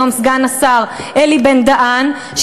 היום סגן השר אלי בן-דהן,